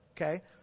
okay